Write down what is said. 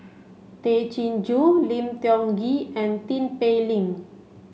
Tay Chin Joo Lim Tiong Ghee and Tin Pei Ling